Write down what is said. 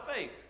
faith